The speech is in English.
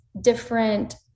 different